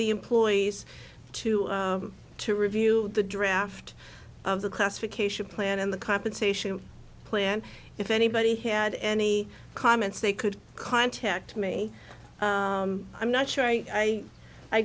the employees to to review the draft of the classification plan and the compensation plan if anybody had any comments they could contact me i'm not sure i i